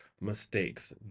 mistakes